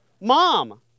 Mom